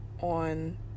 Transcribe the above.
on